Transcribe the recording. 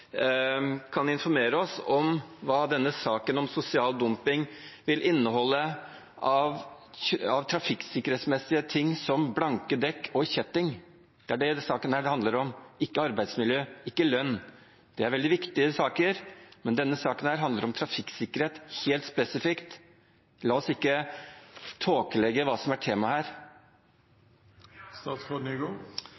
kan informere oss om hva denne saken om sosial dumping vil inneholde av trafikksikkerhetsmessige ting som blanke dekk og kjetting. Det er det denne saken handler om – ikke arbeidsmiljø, ikke lønn. Det er veldig viktige saker, men denne saken her handler om trafikksikkerhet, helt spesifikt. La oss ikke å tåkelegge hva som er temaet her.